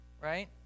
right